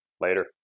Later